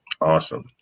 Awesome